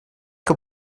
que